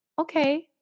okay